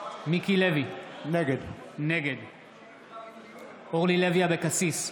מיקי לוי, נגד אורלי לוי אבקסיס,